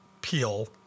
peel